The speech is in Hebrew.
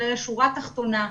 אלא לשורה תחתונה,